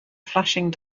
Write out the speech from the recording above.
flashing